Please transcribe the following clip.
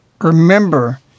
remember